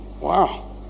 Wow